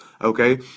Okay